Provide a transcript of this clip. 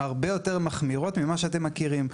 הרבה יותר מחמירות ממה שאתם מכירים.